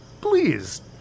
please